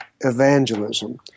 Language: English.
evangelism